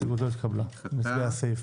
הצבעה לא אושר נצביע על הסעיף.